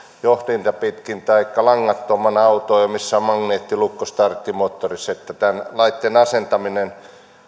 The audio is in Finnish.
johdinta pitkin taikka langattomana autoon missä on magneettilukko starttimoottorissa tämän laitteen asentaminen